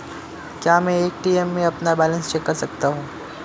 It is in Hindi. क्या मैं ए.टी.एम में अपना बैलेंस चेक कर सकता हूँ?